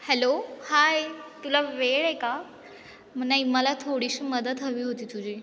hello hi तुला वेळ आहे का म नाही मला थोडीशी मदत हवी होती तुझी